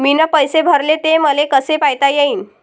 मीन पैसे भरले, ते मले कसे पायता येईन?